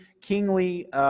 kingly